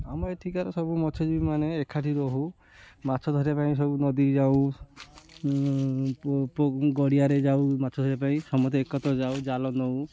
ଆମ ଏଠିକାର ସବୁ ମତ୍ସଜିବୀମାନେ ଏକାଠି ରହୁ ମାଛ ଧରିବା ପାଇଁ ସବୁ ନଦୀ ଯାଉ ଗଡ଼ିଆରେ ଯାଉ ମାଛ ଧରିବା ପାଇଁ ସମସ୍ତେ ଏକତ୍ର ଯାଉ ଜାଲ ନଉ